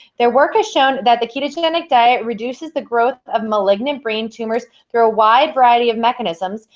their work has shown that the ketogenic diet reduces the growth of malignant brain tumors through a wide variety of mechanisms,